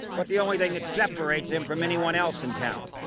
but the only thing that separates him from anyone else in town.